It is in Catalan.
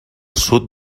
sud